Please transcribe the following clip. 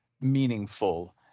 meaningful